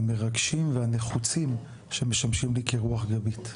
המרגשים והנחוצים שמשמשים לי כרוח גבית.